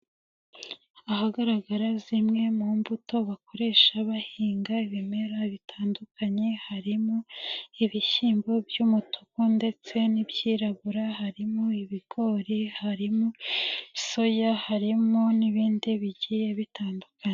Ahagaragara zimwe mu mbuto bakoresha bahinga ibimera bitandukanye, harimo ibishyimbo by'umutuku ndetse n'ibyirabura, harimo ibigori, harimo soya, harimo n'ibindi bigiye bitandukanye.